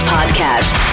Podcast